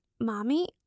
Mommy